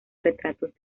retratos